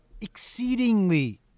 exceedingly